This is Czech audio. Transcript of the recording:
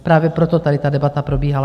Právě proto tady ta debata probíhala.